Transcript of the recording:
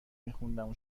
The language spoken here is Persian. میخوندم